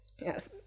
Yes